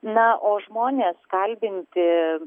na o žmonės kalbinti